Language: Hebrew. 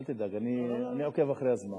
אל תדאג, אני עוקב אחרי הזמן.